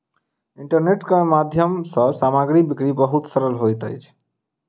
internet के माध्यम सँ सामग्री बिक्री बहुत सरल होइत अछि